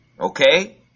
okay